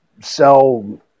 sell